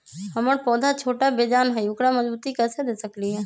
हमर पौधा छोटा बेजान हई उकरा मजबूती कैसे दे सकली ह?